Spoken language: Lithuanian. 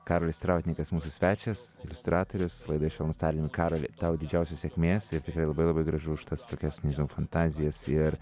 karolis strautniekas mūsų svečias iliustratorius laidoje švelnūs tardym karoli tau didžiausios sėkmės ir tikrai labai labai gražu už tas tokias nežinau fantazijas ir